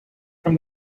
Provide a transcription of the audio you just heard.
from